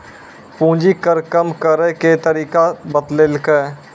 पूंजी कर कम करैय के तरीका बतैलकै